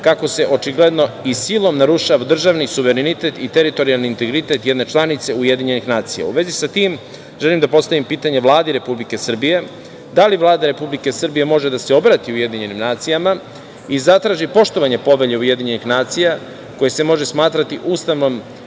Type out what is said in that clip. kako se očigledno i silom narušava državni suverenitet i teritorijalni integritet jedne članice UN.U vezi sa tim želim da postavim pitanje Vladi Republike Srbije – da li Vlada Republike Srbije može da se obrati UN i zatraži poštovanje Povelje UN koja se može smatrati Ustavom